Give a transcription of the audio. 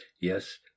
yes